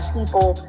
people